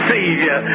Savior